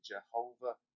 Jehovah